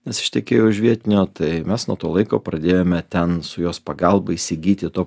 nes ištekėjo už vietinio tai mes nuo to laiko pradėjome ten su jos pagalba įsigyti to